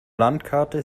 landkarte